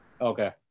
Okay